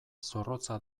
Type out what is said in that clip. zorrotza